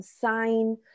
sign